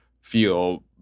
feel